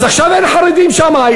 אז עכשיו אין חרדים שם.